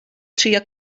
trio